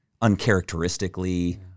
uncharacteristically